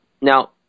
Now